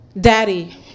Daddy